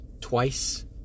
twice